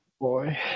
boy